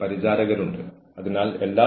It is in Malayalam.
ഒഴിവ്കഴിവുകൾ പറയരുത്